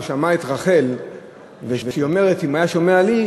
הוא שמע את רחל אומרת: אם היה שומע לי,